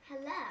Hello